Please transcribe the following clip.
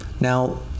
Now